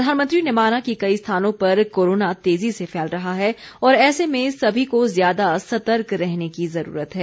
प्रधानमंत्री ने माना कि कई स्थानों पर कोरोना तेज़ी से फैल रहा है और ऐसे में सभी को ज्यादा सतर्क रहने की ज़रूरत है